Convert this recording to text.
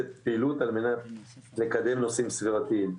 פעילות על מנת לקדם נושאים סביבתיים.